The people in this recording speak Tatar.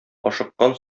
ашыккан